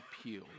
appeal